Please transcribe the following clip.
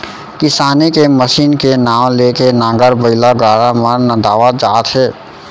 किसानी के मसीन के नांव ले के नांगर, बइला, गाड़ा मन नंदावत जात हे